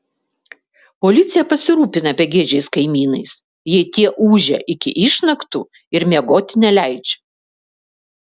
policija pasirūpina begėdžiais kaimynais jei tie ūžia iki išnaktų ir miegoti neleidžia